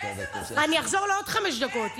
אני אחזור לעוד חמש דקות.